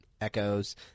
Echoes